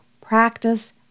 practice